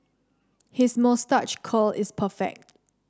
his moustache curl is perfect